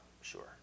sure